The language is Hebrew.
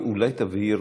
אולי תבהיר,